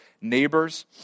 neighbors